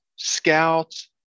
scouts